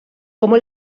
como